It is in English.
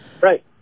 Right